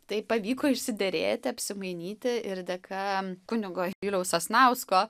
tai pavyko išsiderėti apsimainyti ir dėka kunigo juliaus sasnausko